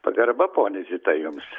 pagarba ponia zita jums